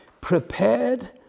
prepared